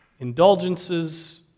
indulgences